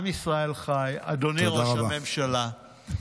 עם ישראל חי!" אדוני ראש הממשלה,